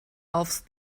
aufs